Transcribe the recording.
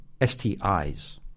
STIs